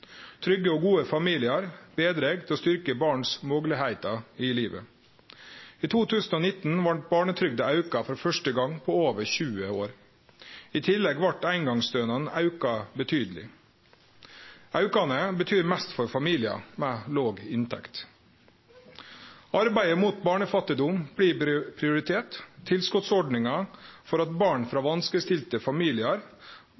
Trygge og gode familiar bidreg til å styrkje barns moglegheiter i livet. I 2019 vart barnetrygda auka for første gong på over 20 år. I tillegg vart eingongsstønaden auka betydeleg. Aukane betyr mest for familiar med låg inntekt. Arbeidet mot barnefattigdom blir prioritert. Tilskotsordninga for at barn frå